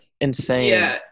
Insane